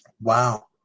Wow